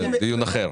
זה דיון אחר.